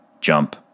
jump